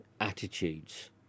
attitudes